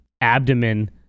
abdomen